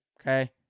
Okay